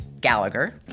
Gallagher